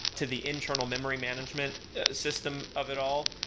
to the internal memory management system of it all.